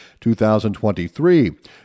2023